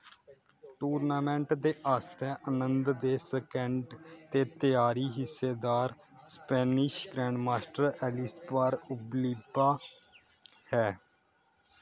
tournament दे आस्तै आनंद दे सैकंड ते त्यारी हिस्सेदार स्पेनिश ग्रैंडमास्टर एलिसबार उबिलवा हे